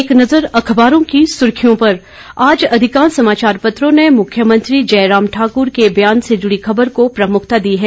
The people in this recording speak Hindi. एक नज़र अखबारों की सुर्खियों पर आज अधिकांश समाचार पत्रों ने मुख्यमंत्री जयराम ठाकुर के बयान से जुड़ी खबर को प्रमुखता दी है